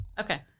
Okay